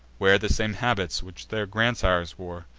wear the same habits which their grandsires wore.